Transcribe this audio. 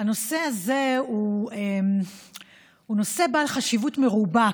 הנושא הזה הוא נושא בעל חשיבות מרובה,